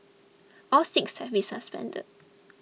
all six have been suspended